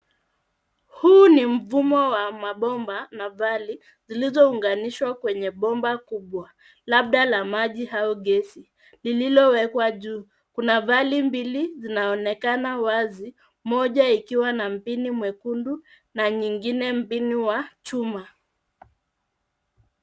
Huu ni mfumo wa mabomba na vali zilizounganishwa kwenye bomba kubwa labda la maji au gesi lililowekwa juu. Kuna vali mbili zinaonekana wazi moja ikiwa na mpini mwekundu na nyingine mpini wa chuma.